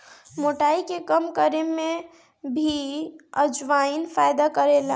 मोटाई के कम करे में भी अजवाईन फायदा करेला